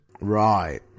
Right